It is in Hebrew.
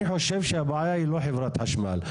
אני חושב שהבעיה היא לא חברת חשמל.